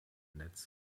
netz